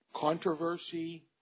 controversy